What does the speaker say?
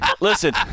listen